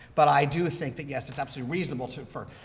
but i do think that, yes, it's absolutely reasonable to infer.